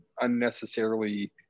unnecessarily